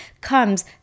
comes